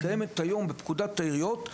הקיימת היום בפקודת העיריות,